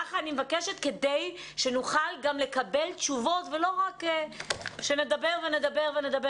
ככה אני מבקשת כדי שנוכל גם לקבל תשובות ולא רק שנדבר ונדבר.